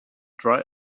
dry